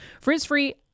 Frizz-free